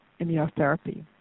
immunotherapy